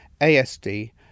ASD